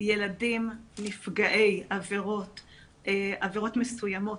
ילדים נפגעי עבירות מסוימות,